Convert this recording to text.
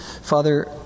Father